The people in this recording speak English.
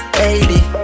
baby